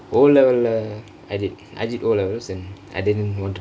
O level I did I did O levels and I didn't want to